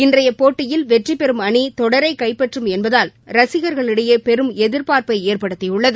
இன்றைய போட்டியில் வெற்றி பெறும் அணி தொடரை கைப்பற்றும் என்பதால் ரசிகர்களிடையே எதிர்பார்ப்பை ஏற்படுத்தியுள்ளது